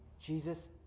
Jesus